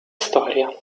storia